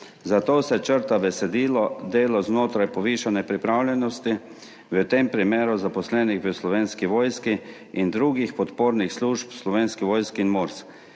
zato se črta besedilo »delo znotraj povišane pripravljenosti« v tem primeru zaposlenih v Slovenski vojski in drugih podpornih služb v Slovenski vojski in MORS.